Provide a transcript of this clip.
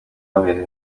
bameze